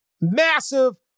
massive